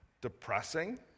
depressing